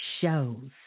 shows